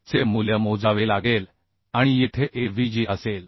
चे मूल्य मोजावे लागेल आणि येथे Avg असेल